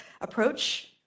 approach